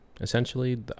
Essentially